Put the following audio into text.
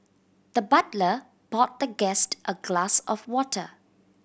the butler poured the guest a glass of water